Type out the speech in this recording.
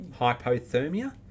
hypothermia